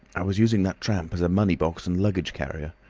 i was using that tramp as a money box and luggage carrier,